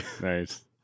Nice